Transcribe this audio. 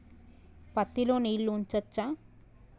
పత్తి లో నీళ్లు ఉంచచ్చా?